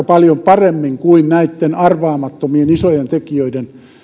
paljon paremmin kuin näitten arvaamattomien isojen tekijöiden